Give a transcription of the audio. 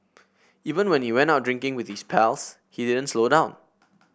even when he went out drinking with his pals he didn't slow down